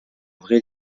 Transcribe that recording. vrai